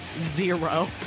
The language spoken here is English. zero